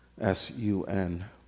S-U-N